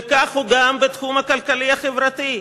וכך גם בתחום הכלכלי החברתי,